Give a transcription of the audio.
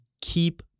keep